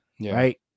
right